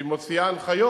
שהיא מוציאה הנחיות: